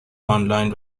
آنلاین